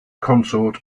consort